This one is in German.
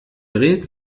dreht